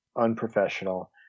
unprofessional